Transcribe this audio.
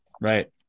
right